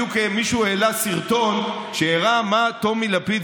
בדיוק מישהו העלה סרטון שהראה מה טומי לפיד,